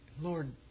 Lord